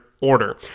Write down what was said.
order